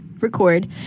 record